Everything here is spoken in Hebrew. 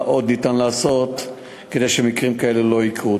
מה עוד אפשר לעשות כדי שמקרים כאלה לא יקרו.